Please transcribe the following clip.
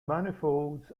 manifolds